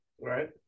right